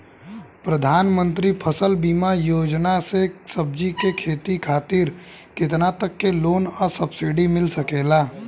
प्रधानमंत्री फसल बीमा योजना से सब्जी के खेती खातिर केतना तक के लोन आ सब्सिडी मिल सकेला?